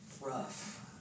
rough